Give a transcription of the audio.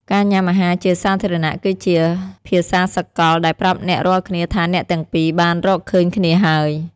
ការញ៉ាំអាហារជាសាធារណៈគឺជា "ភាសាសកល" ដែលប្រាប់អ្នករាល់គ្នាថាអ្នកទាំងពីរបានរកឃើញគ្នាហើយ។